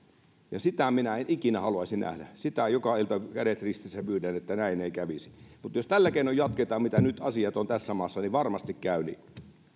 ja sitä minä en ikinä haluaisi nähdä sitä joka ilta kädet ristissä pyydän että näin ei kävisi mutta jos tällä keinoin jatketaan miten nyt asiat ovat tässä maassa niin varmasti käy niin